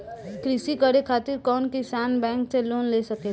कृषी करे खातिर कउन किसान बैंक से लोन ले सकेला?